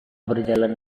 berjalan